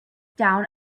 down